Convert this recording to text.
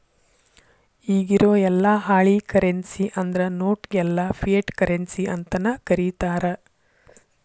ಇಗಿರೊ ಯೆಲ್ಲಾ ಹಾಳಿ ಕರೆನ್ಸಿ ಅಂದ್ರ ನೋಟ್ ಗೆಲ್ಲಾ ಫಿಯಟ್ ಕರೆನ್ಸಿ ಅಂತನ ಕರೇತಾರ